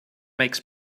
makes